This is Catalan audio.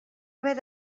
haver